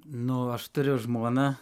nu aš turiu žmoną